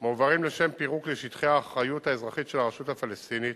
מועברים לשם פירוק לשטחי האחריות האזרחית של הרשות הפלסטינית.